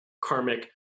karmic